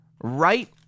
right